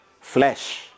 flesh